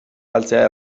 galtzea